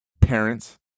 parents